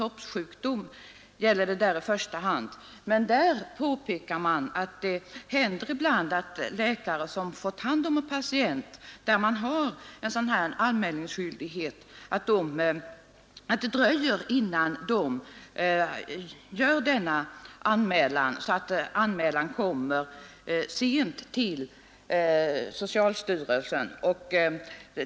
Kroppssjukdom gällde det där i första hand, men man påpekar att det ibland händer att läkare som fått hand om en patient, där sådan anmälningsskyldighet förelegat, dröjt med denna anmälan, så att den kommit sent till socialstyrelsen.